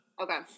Okay